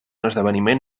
esdeveniment